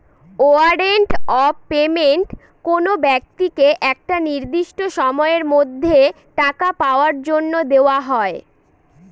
warrant of payment কোনো ব্যক্তিকে একটা নির্দিষ্ট সময়ের মধ্যে টাকা পাওয়ার জন্য দেওয়া হয়